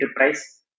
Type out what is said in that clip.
enterprise